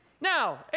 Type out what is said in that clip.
Now